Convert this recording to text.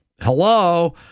hello